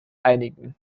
einigen